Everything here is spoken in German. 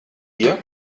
hier